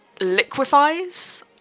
liquefies